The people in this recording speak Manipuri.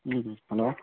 ꯎꯝ ꯍꯜꯂꯣ